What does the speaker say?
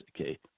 okay